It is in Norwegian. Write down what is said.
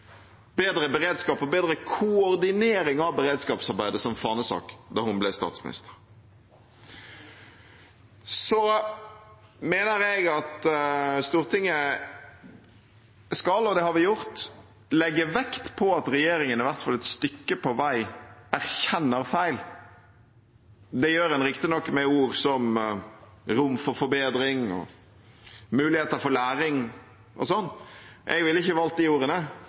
bedre beredskap og bedre koordinering av beredskapsarbeidet, som fanesak da hun ble statsminister. Så mener jeg at Stortinget skal – og det har vi gjort – legge vekt på at regjeringen i hvert fall et stykke på vei erkjenner feil. Det gjør en riktignok med ord som at det er rom for forbedring og muligheter for læring og sånt. Jeg ville ikke valgt de ordene.